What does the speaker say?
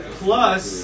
plus